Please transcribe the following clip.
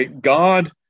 God